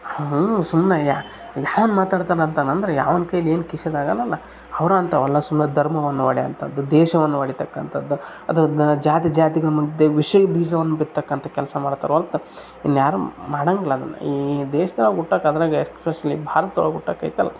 ಅವ್ನು ಸುಮ್ನೆಯಾ ಯಾರು ಮಾತಾಡ್ತಾನಂತ ಅಂದರೆ ಯಾವನ ಕೈಲಿ ಏನು ಕಿಸಿಯೋದಾಗಲಲ್ಲ ಅವ್ರು ಅಂಥವಲ್ಲ ಸುಮ್ಮನೆ ಧರ್ಮವ ನೋಡಿ ಅಂಥದ್ದು ದೇಶವನ್ನು ಒಡಿತಕ್ಕಂಥದ್ದು ಅದು ದ ಜಾತಿ ಜಾತಿಗಳ ಮಧ್ಯೆ ವಿಷ ಬೀಜವನ್ನು ಬಿತ್ತಕ್ಕಂಥ ಕೆಲಸ ಮಾಡ್ತಾರೆ ಹೊರ್ತು ಇನ್ನು ಯಾರು ಮಾಡೊಂಗಿಲ್ಲ ಅದನ್ನ ಈ ದೇಶದೊಳಗ್ ಹುಟ್ಟೋಕ್ ಅದರಾಗೆ ಎಸ್ಪೆಷಲಿ ಭಾರತದೊಳಗ ಹುಟ್ಟೋಕೆ ಐತಲ್ಲ